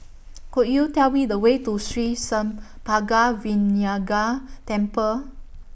Could YOU Tell Me The Way to Sri Senpaga Vinayagar Temple